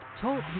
TALK